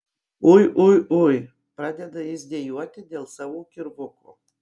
ui ui ui pradeda jis dejuoti dėl savo kirvuko